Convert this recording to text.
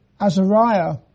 Azariah